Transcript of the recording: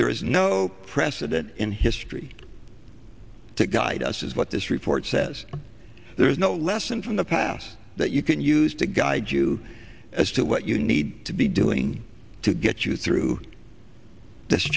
there is no precedent in history to guide us is what this report says there is no lesson from the past that you can use to guide you as to what you need to be doing to get you through this